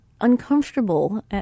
uncomfortable